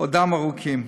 עודם ארוכים,